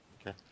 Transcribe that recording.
Okay